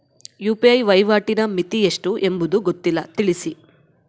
UPI ವಹಿವಾಟಿನ ಮಿತಿ ಎಷ್ಟು ಎಂಬುದು ಗೊತ್ತಿಲ್ಲ? ತಿಳಿಸಿ?